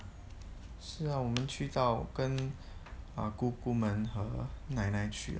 是啊我们去到跟 err 姑姑们和奶奶去